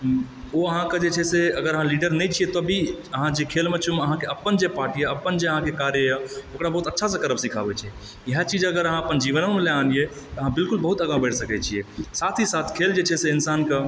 ओ अहाँके जे छै से अगर अहाँ लीडर नहि छियै तब भी अहाँ जे खेल मेचू अहाँके अपन जे पार्ट यऽ अपन जे अहाँके कार्य यऽ ओकरा बहुत अच्छासँ करब सिखाबै छी इएह चीज अगर अहाँ अपन जीवनोमे लए अनियै तऽ अहँ बिल्कुल बहुत आगा बढ़ि सकै छियै साथ हि साथ खेल जे छै से इन्सानके